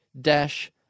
dash